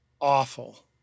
awful